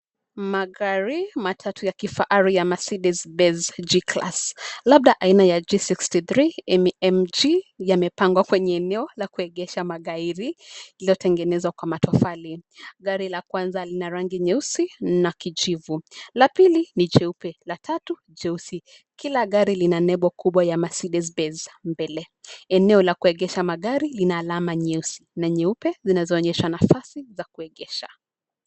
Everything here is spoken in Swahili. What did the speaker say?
Magari matatu ya kifahari ya Mercedes Benz G-Class , labda aina ya G-63 AMG yamepangwa kwenye eneo la kuegesha magari, ilotengenezwa kwa matofali, gari la kwanza lina rangi nyeusi na kijivu, la pili ni jeupe, la tatu jeusi, kila gari lina nembo kubwa ya Mercedes Benz , mbele, eneo la kuegesha magari lina alama nyeusi, na nyeupe zinazoonyesha nafasi, za kuegesha.